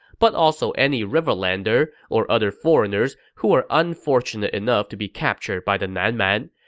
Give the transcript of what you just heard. but also any riverlander or other foreigners who were unfortunate enough to be captured by the nan man,